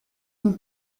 une